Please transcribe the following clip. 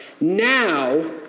Now